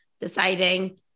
deciding